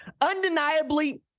Undeniably